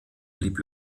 blieb